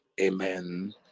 Amen